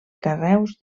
carreus